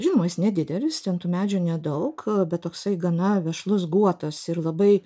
žinoma jis nedidelis ten tų medžių nedaug bet toksai gana vešlus guotas ir labai